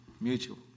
Mutual